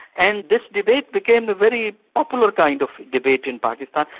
and this debate became a very popular kind of debate in pakistan,